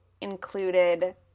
included